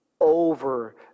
over